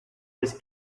was